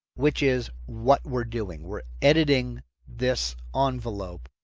which is what we're doing we're editing this um envelope.